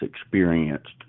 experienced